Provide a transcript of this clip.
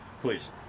please